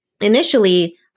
initially